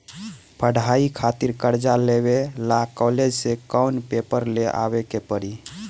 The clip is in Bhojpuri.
पढ़ाई खातिर कर्जा लेवे ला कॉलेज से कौन पेपर ले आवे के पड़ी?